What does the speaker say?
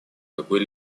какой